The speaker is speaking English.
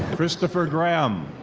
christopher graham.